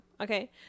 okay